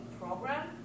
program